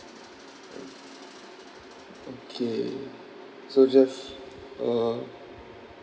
um okay so just uh